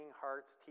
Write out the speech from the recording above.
Hearts